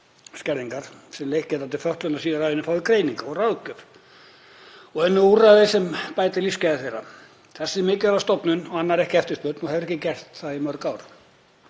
þroskaskerðingar sem leitt geta til fötlunar síðar á ævinni fái greiningu og ráðgjöf og önnur úrræði sem bæta lífsgæði þeirra. Þessi mikilvæga stofnun annar ekki eftirspurn og hefur ekki gert það í mörg ár.